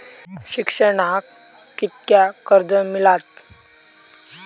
शिक्षणाक कीतक्या कर्ज मिलात?